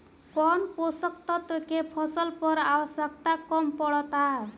कौन पोषक तत्व के फसल पर आवशयक्ता कम पड़ता?